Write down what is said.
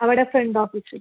അവിടെ ഫ്രണ്ട് ഓഫീസിൽ